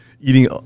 eating